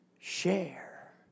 share